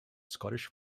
scottish